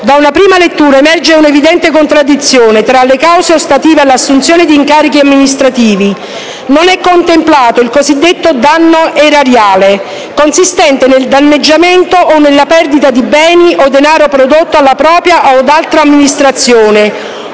Da una prima lettura, emerge un'evidente contraddizione tra le cause ostative all'assunzione di incarichi amministrativi: non è contemplato il cosiddetto danno erariale, consistente nel danneggiamento o nella perdita di beni o denaro prodotto alla propria o ad altra amministrazione,